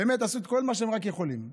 באמת, עשו את כל מה שהם רק יכולים לעשות.